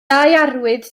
arwydd